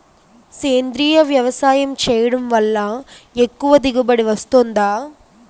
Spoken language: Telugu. సేంద్రీయ వ్యవసాయం చేయడం వల్ల ఎక్కువ దిగుబడి వస్తుందా?